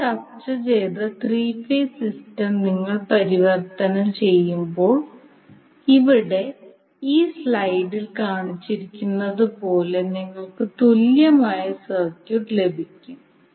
നമ്മൾ ചർച്ച ചെയ്ത ത്രീ ഫേസ് സിസ്റ്റം നിങ്ങൾ പരിവർത്തനം ചെയ്യുമ്പോൾ ഇവിടെ ഈ സ്ലൈഡിൽ കാണിച്ചിരിക്കുന്നതുപോലെ നിങ്ങൾക്ക് തുല്യമായ സർക്യൂട്ട് ലഭിക്കും